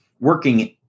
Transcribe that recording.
working